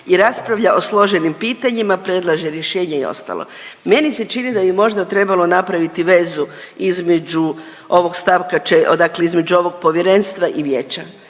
i raspravlja o složenim pitanjima, predlaže rješenja i ostalo. Meni se čini da bi možda trebalo napraviti vezu između ovog stavka dakle između ovog povjerenstva i vijeća